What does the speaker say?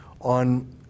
on